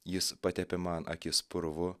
jis patepė man akis purvu